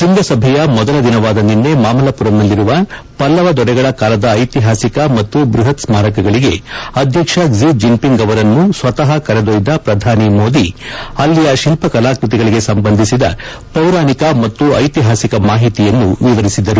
ಶ್ಯಂಗಸಭೆಯ ಮೊದಲ ದಿನವಾದ ನಿನ್ನೆ ಮಾಮಲ್ಲಪುರಂನಲ್ಲಿರುವ ಪಲ್ಲವ ದೊರೆಗಳ ಕಾಲದ ಐತಿಹಾಸಿಕ ಮತ್ತು ಬೃಹತ್ ಸ್ಮಾರಕಗಳಿಗೆ ಅಧ್ಯಕ್ಷ ಶಿ ಜಿನ್ಪಿಂಗ್ ಅವರನ್ನು ಸ್ವತಃ ಕರೆದೊಯ್ದ ಪ್ರಧಾನಿ ಮೋದಿ ಅಲ್ಲಿಯ ಶಿಲ್ಪಕಲಾಕೃತಿಗಳಿಗೆ ಸಂಬಂಧಿಸಿದ ಪೌರಾಣಿಕ ಮತ್ತು ಐತಿಹಾಸಿಕ ಮಾಹಿತಿಯನ್ನು ವಿವರಿಸಿದರು